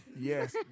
yes